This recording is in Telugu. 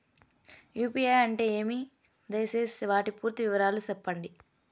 యు.పి.ఐ అంటే ఏమి? దయసేసి వాటి పూర్తి వివరాలు సెప్పండి?